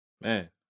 man